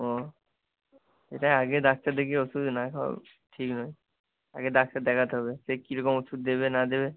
ও এটা আগে ডাক্তার দেখিয়ে ওষুধ না খাওয়া ঠিক নয় আগে ডাক্তার দেখাতে হবে সে কীরকম ওষুধ দেবে না দেবে